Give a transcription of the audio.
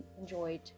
enjoyed